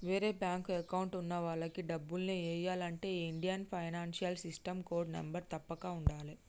వేరే bank account ఉన్న వాళ్లకి డబ్బుల్ని ఎయ్యాలంటే ఈ Indian financial system code number తప్పక ఉండాలే